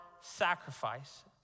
sacrifice